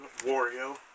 Wario